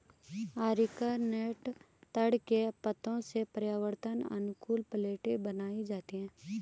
areca nut ताड़ के पत्तों से पर्यावरण अनुकूल प्लेट बनाई जाती है